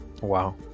Wow